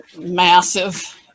massive